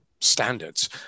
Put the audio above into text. standards